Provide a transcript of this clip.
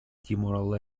тимора